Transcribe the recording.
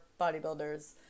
bodybuilders